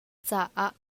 caah